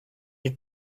your